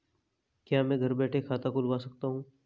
क्या मैं घर बैठे खाता खुलवा सकता हूँ?